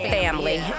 family